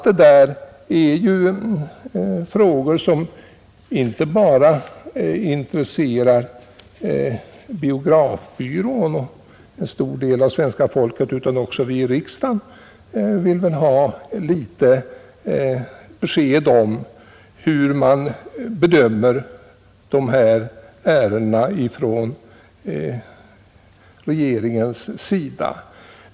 Dessa frågor intresserar inte bara biografbyrån och en stor del av svenska folket utan också vi här i riksdagen vill ha besked om hur dessa ärenden bedöms från regeringens sida.